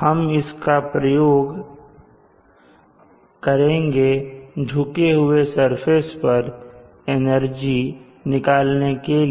हम इसका प्रयोग करेंगे झुके हुए सरफेस पर एनर्जी निकालने के लिए